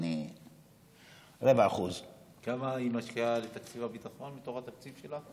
יעני 0.5%. כמה היא משקיעה בתקציב הביטחון מתוך התקציב שלה?